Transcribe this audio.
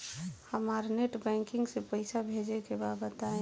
हमरा net banking से पईसा भेजे के बा बताई?